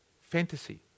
Fantasy